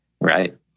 Right